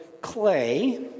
clay